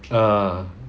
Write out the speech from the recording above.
ah